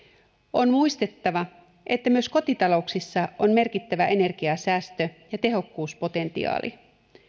on muistettava että myös kotitalouksissa on merkittävä energiansäästö ja tehokkuuspotentiaali